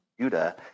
Judah